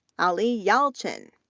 ali yalcin,